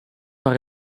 par